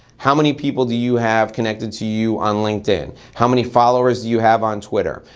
how many people do you have connected to you on linkedin. how many followers do you have on twitter.